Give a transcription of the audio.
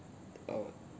uh